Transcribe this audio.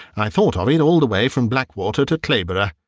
i thought of it all the way from blackwater to clayborough.